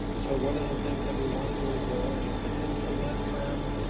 so, one of the things that we wanted was an opinion from that firm.